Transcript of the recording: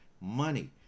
money